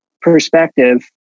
perspective